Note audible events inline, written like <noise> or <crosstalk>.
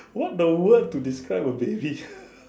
what a word to describe a baby <laughs>